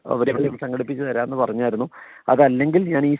അവർ സംഘടിപ്പിച്ചു തരാമെന്നു പറഞ്ഞായിരുന്നു അതല്ലെങ്കിൽ ഞാനീ